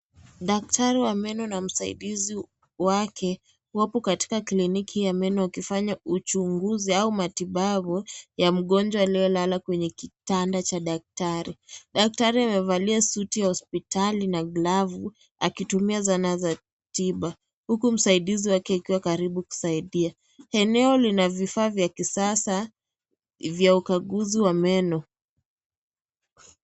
Daktari wa meno na msaidizi wake wako katika kliniki ya meno wakifanya uchunguzi au matibabu ya mgonjwa aliyelala kwenye kitanda cha daktari. Daktari amevalia suti ya hospitali na glavu akitumia zana za tiba, huku msaidizi wake akiwa karibu kusaidia. Eneo lina vifaa vya kisasa vya ukaguzi wa meno.